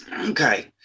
Okay